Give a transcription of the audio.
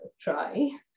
try